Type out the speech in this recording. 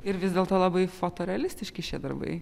ir vis dėlto labai fotorealistiški šie darbai